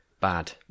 bad